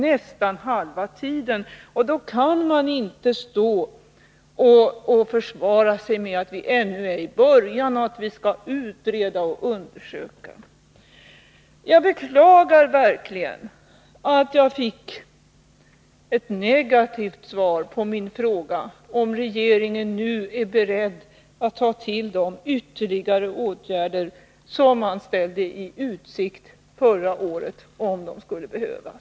Nästan halva tiden har alltså gått, och då kan man inte stå och försvara sig med att vi ännu är i början och att vi skall utreda och undersöka. Jag beklagar verkligen att jag fick ett negativt svar på min fråga om regeringen nu är beredd att ta till de ytterligare åtgärder som ställdes i utsikt förra året, om de skulle behövas.